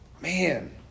man